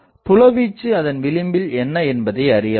புலவீச்சு அதன் விளிம்பில் என்ன என்பதை அறியலாம்